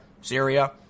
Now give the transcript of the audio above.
Syria